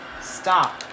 stop